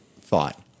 thought